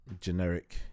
generic